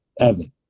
Evan